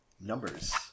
Numbers